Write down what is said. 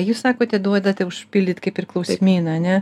jūs sakote duoda užpildyt kaip ir klausimyną ane